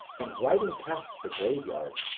and riding past the graveyard,